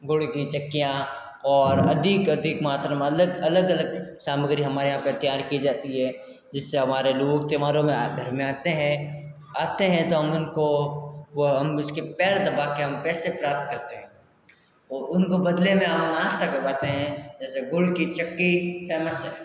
गुड़ की चक्कियां और अधिक अधिक मात्रा में अलग अलग अलग सामग्री हमारे यहाँ पे तैयार की जाती है जिससे हमारे लोग त्योहारों में घर में आते हैं आते हैं तो हम उनको हम उसके पैर दबा के हम पैसे प्राप्त करते हैं और उनको बदले में हम नास्ता करवाते हैं जैसे गुड की चक्की का नास्य